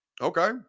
Okay